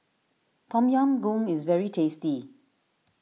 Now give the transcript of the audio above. Tom Yam Goong is very tasty